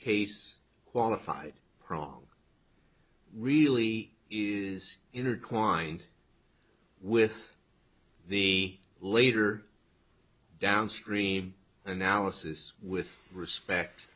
case qualified prong really is in a quine with the later downstream analysis with respect